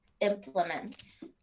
implements